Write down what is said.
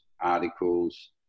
articles